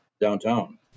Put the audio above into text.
downtown